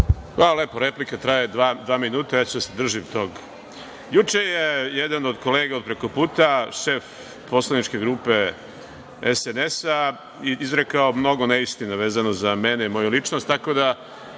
Hvala lepo. Replika traje dva minuta, ja ću se držati toga. Juče je jedan od kolega prekoputa, šef poslaničke grupe SNS-a, izrekao mnogo neistina vezano za mene, moju ličnost,